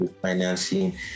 financing